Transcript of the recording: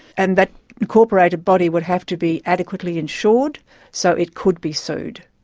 and that incorporated body would have to be adequately insured so it could be sued.